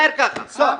שיישאר ככה, סע.